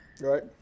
Right